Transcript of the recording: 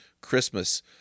Christmas